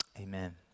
Amen